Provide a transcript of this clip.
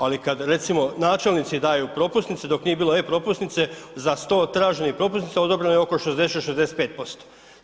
Ali kad recimo načelnici daju propusnice, dok nije bilo e-propusnice za 100 traženih propusnica odobreno je oko 60-65%